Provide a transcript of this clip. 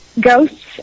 ghosts